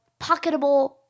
pocketable